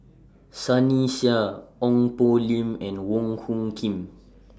Sunny Sia Ong Poh Lim and Wong Hung Khim